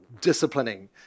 disciplining